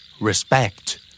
respect